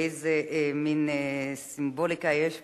איזו סימבוליקה יש פה,